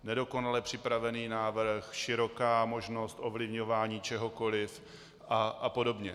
Nedokonale připravený návrh, široká možnost ovlivňování čehokoli apod.